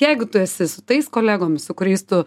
jeigu tu esi su tais kolegomis su kuriais tu